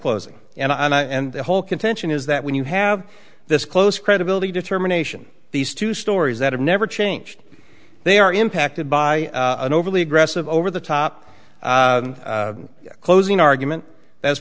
closing and i know and the whole contention is that when you have this close credibility determination these two stories that have never changed they are impacted by an overly aggressive over the top closing argument that